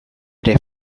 ere